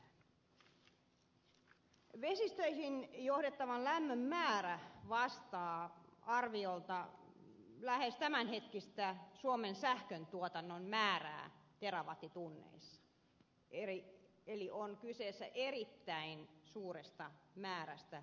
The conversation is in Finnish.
vesistöihin johdettavan lämmön määrä vastaa arviolta lähes tämänhetkistä suomen sähköntuotannon määrää terawattitunneissa eli on kyse erittäin suuresta määrästä energiaa